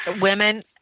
women